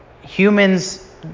humans